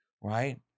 right